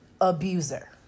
abuser